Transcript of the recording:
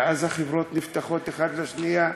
ואז החברות נפתחות אחת לשנייה.